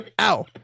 Ow